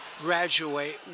graduate